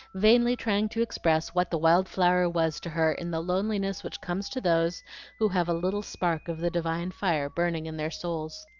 vainly trying to express what the wild flower was to her in the loneliness which comes to those who have a little spark of the divine fire burning in their souls.